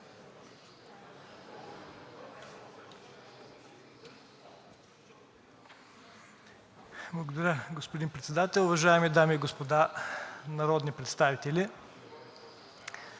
Благодаря, господин Председател. Уважаеми дами и господа народни представители!